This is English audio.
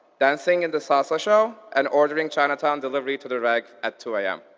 dancing in the salsa show, and ordering chinatown delivery to the reg at two am.